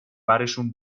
برشون